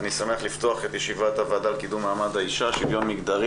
אני שמח לפתוח את ישיבת הוועדה לקידום מעמד האישה ושוויון מגדרי.